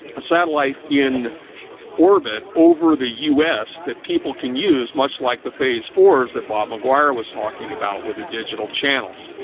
a satellite in orbit over the us that people can use much like the phase fours that bob mcguire was talking about with the digital channels